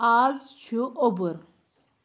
اَز چھُ اوٚبُر